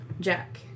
Jack